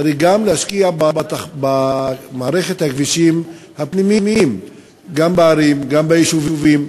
צריך גם להשקיע במערכת הכבישים הפנימיים גם בערים וגם ביישובים.